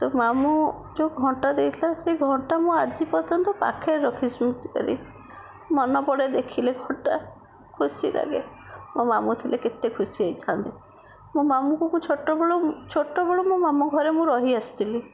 ତ ମାମୁଁ ଯେଉଁ ଘଣ୍ଟା ଦେଇଥିଲେ ସେ ଘଣ୍ଟା ଆଜି ପର୍ଯ୍ୟନ୍ତ ମୁଁ ପାଖରେ ରଖିଛି ସ୍ମୃତି କରି ମନେ ପଡ଼େ ଦେଖିଲେ ଘଣ୍ଟା ଖୁସି ଲାଗେ ମୋ ମାମୁଁ ଥିଲେ କେତେ ଖୁସି ହୋଇଥାନ୍ତେ ମୋ ମାମୁଁ ମୁଁ ଛୋଟବେଳୁ ଛୋଟବେଳୁ ମୁଁ ମୋ ମାମୁଁ ଘରେ ରହିଆସିଥିଲି